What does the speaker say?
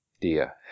dear